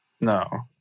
No